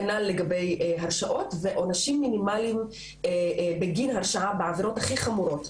כנ"ל לגבי הרשעות ועונשים מינימליים הרשעה בעבירות הכי חמורות,